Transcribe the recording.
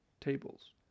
tables